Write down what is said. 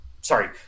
sorry